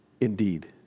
indeed